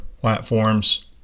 platforms